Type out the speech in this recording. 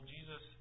Jesus